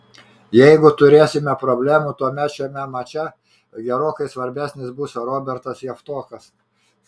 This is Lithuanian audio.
jeigu turėsime problemų tuomet šiame mače gerokai svarbesnis bus robertas javtokas